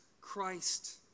Christ